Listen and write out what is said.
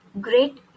great